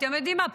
אתם יודעים מה,